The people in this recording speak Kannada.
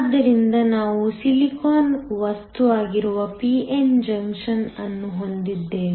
ಆದ್ದರಿಂದ ನಾವು ಸಿಲಿಕಾನ್ ವಸ್ತು ಆಗಿರುವ p n ಜಂಕ್ಷನ್ ಅನ್ನು ಹೊಂದಿದ್ದೇವೆ